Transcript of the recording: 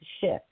shift